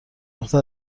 نقطه